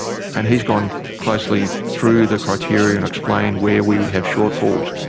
and he's gone closely through the criteria and explained where we have shortfalls.